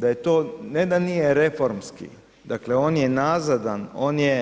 Da je to, ne da nije reformski, on je nazadan, on je